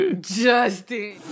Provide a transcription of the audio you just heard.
Justin